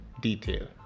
detail